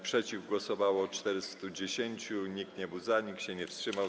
Przeciw głosowało 410, nikt nie był za, nikt się nie wstrzymał.